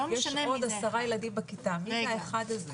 יש עוד עשרה ילדים בכיתה, מי זה האחד הזה?